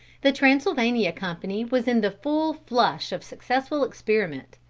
the transylvania company was in the full flush of successful experiment.